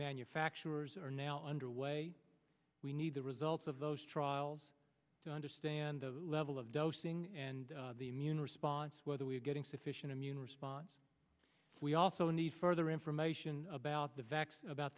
manufacturers are now underway we need the results of those trials to understand the level of dosing and the immune response whether we are getting sufficient immune response we also need further information about the vaccine about